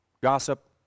gossip